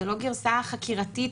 זו לא גרסה חקירתית,